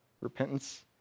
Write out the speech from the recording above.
Repentance